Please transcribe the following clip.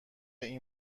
این